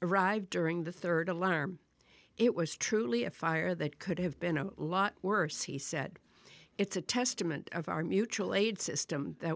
arrived during the third alarm it was truly a fire that could have been a lot worse he said it's a testament of our mutual aid system that